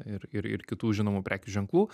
ir ir ir kitų žinomų prekių ženklų